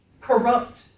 corrupt